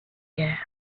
guerres